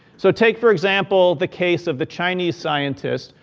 so take for example, the case of the chinese scientist,